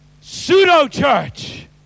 pseudo-church